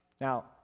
Now